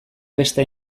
beste